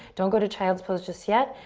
don't go to child's pose just yet.